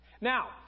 Now